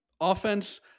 Offense